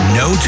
no